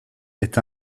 est